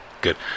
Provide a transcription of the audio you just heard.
good